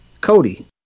Cody